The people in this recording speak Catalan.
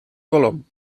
colom